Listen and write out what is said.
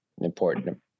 important